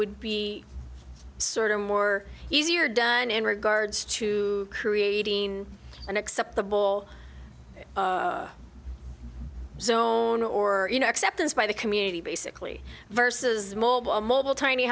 would be sort of more easier done in regards to creating an acceptable zone or you know acceptance by the community basically versus mobile mobile tiny